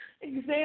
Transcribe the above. Exam